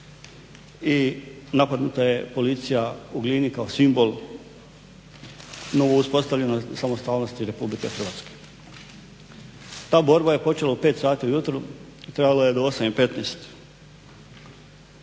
i napadnuta je policija u Glini kao simbol novo uspostavljene samostalnosti Republike Hrvatske. Ta borba je počela u 5 sati ujutro i trajala je do 8.15.